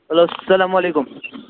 hello اسلام علیکُم